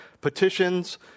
petitions